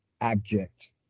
abject